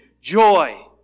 joy